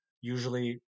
usually